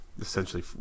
essentially